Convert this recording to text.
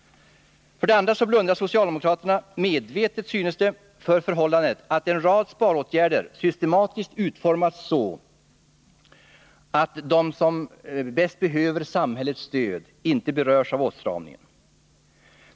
För det andra blundar socialdemokraterna, medvetet syns det, för förhållandet att en rad sparåtgärder systematiskt utformats så, att de som bäst behöver samhällsstöd inte berörs av åtstramningen.